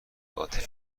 عاطفی